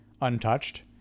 untouched